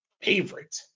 favorite